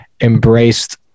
embraced